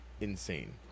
insane